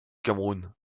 cameroun